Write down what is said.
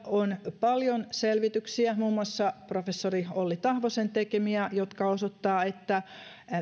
on paljon selvityksiä muun muassa professori olli tahvosen tekemiä jotka osoittavat että